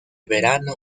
verano